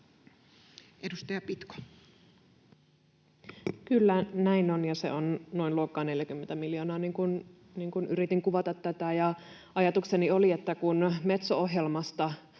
Content: Kyllä, näin on, ja se on noin luokkaa 40 miljoonaa, niin kuin yritin kuvata tätä. Ajatukseni oli, että kun Metso-ohjelmasta